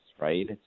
right